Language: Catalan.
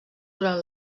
durant